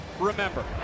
remember